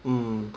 mm